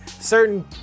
certain